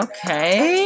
Okay